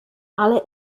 alle